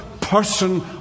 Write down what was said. person